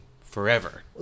forever